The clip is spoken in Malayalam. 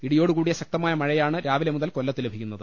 ഇടിയോടുകൂടിയ ശക്തമായ മഴയാണ് രാവിലെ മുതൽ കൊല്ലത്ത് ലഭിക്കുന്നത്